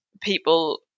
people